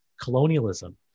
colonialism